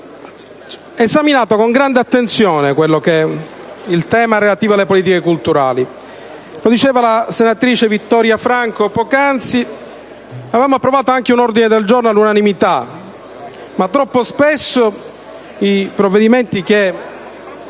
ha esaminato spesso con grande attenzione il tema relativo alle politiche culturali; come diceva la senatrice Vittoria Franco poc'anzi, avevamo approvato anche un ordine del giorno all'unanimità. Troppo spesso però i provvedimenti che